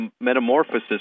metamorphosis